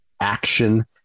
action